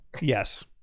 Yes